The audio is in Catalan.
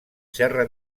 serra